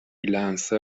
لنسر